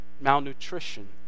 malnutrition